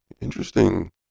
Interesting